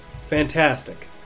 Fantastic